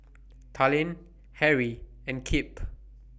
Talen Harry and Kip